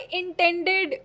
intended